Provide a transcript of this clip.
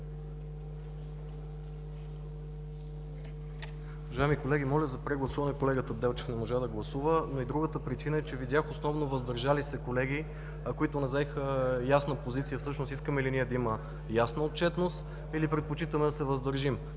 Уважаеми колеги, моля за прегласуване – колегата Делчев не можа да гласува. Но и другата причина е, че видях основно „въздържали се“ колеги, които не заеха ясна позиция всъщност искаме ли ние да има ясна отчетност, или предпочитаме да се въздържим.